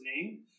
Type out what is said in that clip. name